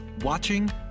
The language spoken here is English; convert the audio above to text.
watching